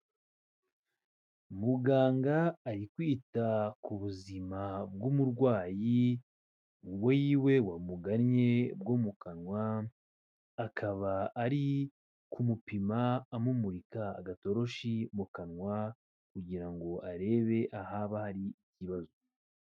Muganga ari kwita ku buzima bw'umurwayi w'iwe wamugannye bwo mu kanwa, akaba ari kumupima amumurika agatoroshi mu kanwa kugira ngo arebe ahaba hari ikibazo.